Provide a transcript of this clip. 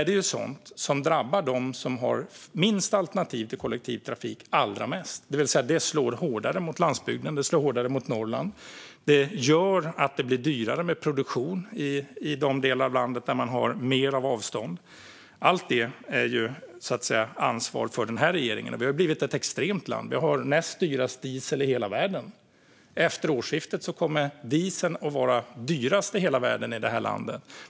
Det är sådant som drabbar dem som har sämst tillgång till kollektivtrafik allra mest. Det vill säga att det slår hårdare mot landsbygden, det slår hårdare mot Norrland. Det gör att det blir dyrare med produktion i de delar av landet som har större avstånd. Allt detta är ett ansvar för den här regeringen. Vi har blivit ett extremt land. Vi har näst dyrast diesel i hela världen. Efter årsskiftet kommer dieseln i det här landet att vara dyrast i hela världen.